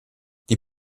die